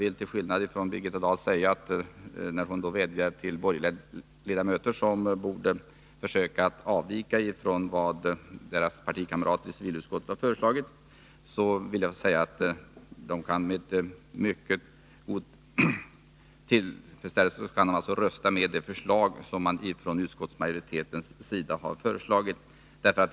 Birgitta Dahl vädjar till borgerliga ledamöter om att de skall försöka avvika från vad deras partikamrater i civilutskottet har föreslagit, men jag vill hävda att de med tillförsikt kan rösta med det förslag som utskottsmajoriteten har lagt fram.